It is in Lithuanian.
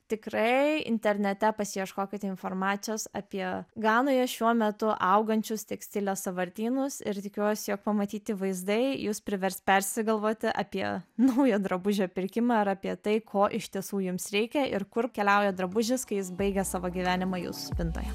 tikrai internete pasiieškokite informacijos apie ganoje šiuo metu augančius tekstilės sąvartynus ir tikiuosi jog pamatyti vaizdai jus privers persigalvoti apie naujo drabužio pirkimą ar apie tai ko iš tiesų jums reikia ir kur keliauja drabužis kai jis baigia savo gyvenimą jūsų spintoje